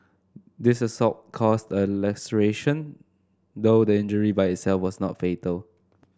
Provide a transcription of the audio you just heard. this assault caused a laceration though the injury by itself was not fatal